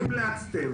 למה לא המלצתם?